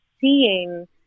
seeing